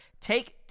take